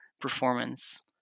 performance